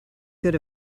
good